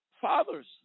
fathers